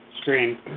screen